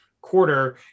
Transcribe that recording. quarter